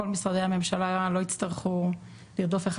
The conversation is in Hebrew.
כל משרדי הממשלה לא יצטרכו לרדוף אחד